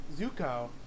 zuko